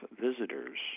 visitors